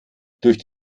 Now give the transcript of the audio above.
durch